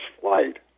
flight